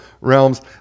realms